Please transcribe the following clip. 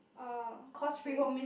oh okay